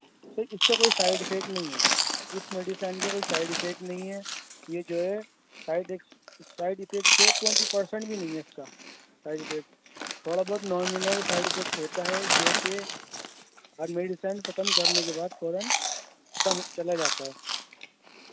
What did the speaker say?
سر اس کا کوئی سائڈ افیکٹ نہیں ہے اس میڈیسن کا کوئی سائڈ افیکٹ نہیں ہے یہ جو ہے side side effect twenty percent بھی نہیں ہے اس کا سائڈ افیکٹ تھوڑا بہت نامینل سائڈ افیکٹ ہوتا ہے جو کہ ہر میڈیسن ختم کرنے کے بعد فوراً ختم چلا جاتا ہے